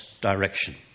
direction